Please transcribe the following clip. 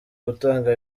gutanga